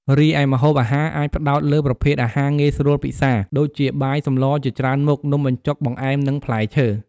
រីឯម្ហូបអាហារអាចផ្តោតលើប្រភេទអាហារងាយស្រួលពិសារ ដូចជាបាយសម្លជាច្រើនមុខ នំបញ្ចុក បង្អែម និងផ្លែឈើ។